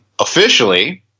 officially